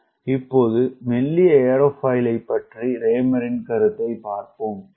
Refer Slide Time 3307 இப்போது மெல்லிய ஏரோஃபாயிலை பற்றிய ரேமரின் கருத்தை பார்ப்போம்